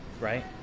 right